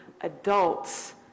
adults